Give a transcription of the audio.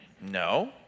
No